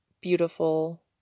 beautiful